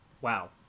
wow